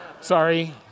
Sorry